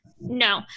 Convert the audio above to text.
No